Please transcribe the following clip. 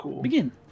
begin